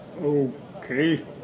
Okay